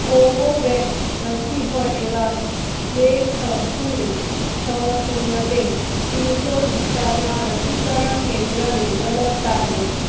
Covovax રસી હોય એવાં બે છ શૂન્ય છ શૂન્ય બે પિનકોડ વિસ્તારના રસીકરણ કેન્દ્રને અલગ તારવો